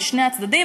בשני הצדדים,